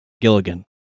Gilligan